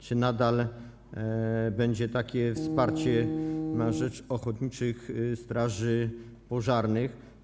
Czy nadal będzie takie wsparcie dla ochotniczych straży pożarnych?